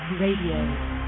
Radio